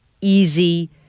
easy